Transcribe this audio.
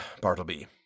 Bartleby